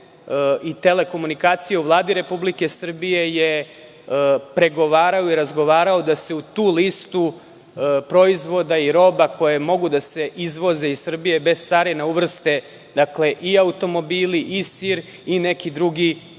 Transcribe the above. i telekomunikacija u Vladi Republike Srbije, je pregovarao i razgovarao da se u tu listu proizvoda i roba koje mogu da se izvoze iz Srbije bez carine uvrste i automobili i sir i neki drugi